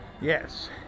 yes